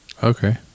Okay